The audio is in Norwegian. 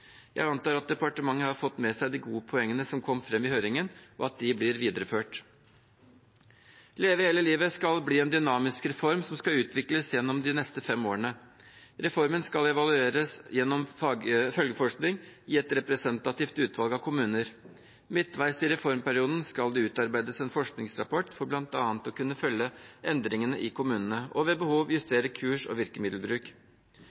Jeg antar at departementet har fått med seg de gode poengene som kom fram i høringen, og at de blir videreført. Leve hele livet skal bli en dynamisk reform som skal utvikles gjennom de neste fem årene. Reformen skal evalueres gjennom følgeforskning i et representativt utvalg av kommuner. Midtveis i reformperioden skal det utarbeides en forskningsrapport for bl.a. å kunne følge endringene i kommunene og ved behov